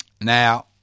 Now